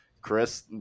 Chris